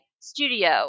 studio